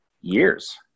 years